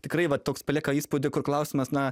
tikrai va toks palieka įspūdį kur klausimas na